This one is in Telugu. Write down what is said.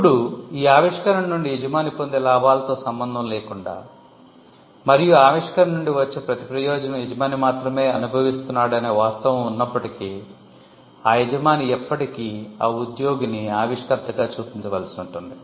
ఇప్పుడు ఈ ఆవిష్కరణ నుండి యజమాని పొందే లాభాలతో సంబంధం లేకుండా మరియు ఆవిష్కరణ నుండి వచ్చే ప్రతి ప్రయోజనం యజమాని మాత్రమే అనుభవిస్తున్నాడనే వాస్తవం ఉన్నప్పటికీ ఆ యజమాని ఎప్పటికీ ఆ ఉద్యోగిని ఆవిష్కర్తగా చూపించవలసి ఉంటుంది